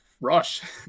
Rush